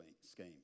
scheme